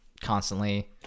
constantly